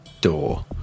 door